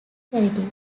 charity